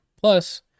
plus